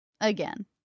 again